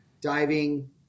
diving